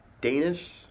Danish